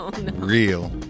real